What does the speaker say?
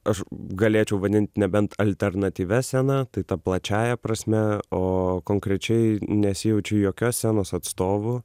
aš galėčiau vadint nebent alternatyvia scena tai ta plačiąja prasme o konkrečiai nesijaučiu jokios scenos atstovu